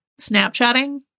snapchatting